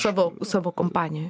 savo savo kompanijoj